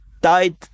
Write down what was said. died